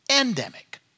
Endemic